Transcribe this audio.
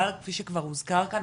כפי שכבר הוזכר כאן,